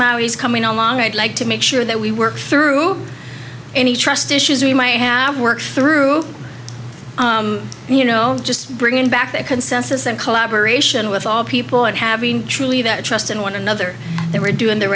well he's coming along i'd like to make sure that we work through any trust issues we might have worked through you know just bringing back that consensus and collaboration with all people and having truly that trust in one another they were doing the